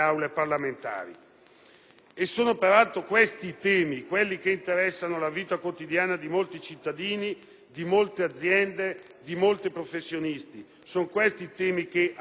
Sono peraltro questi, quelli che interessano la vita quotidiana di molti cittadini, di molte aziende, di molti professionisti, i temi sui quali - come si è